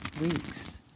weeks